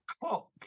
clock